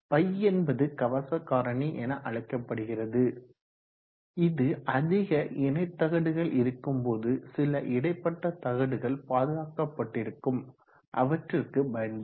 Ø என்பது கவச காரணி என அழைக்கப்படுகிறது இது அதிக இணைத்தகடுகள் இருக்கும் போது சில இடைப்பட்ட தகடுகள் பாதுகாக்கப்பட்டிருக்கும் அவற்றிற்கு பயன்படும்